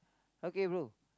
okay bro